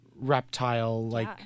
Reptile-like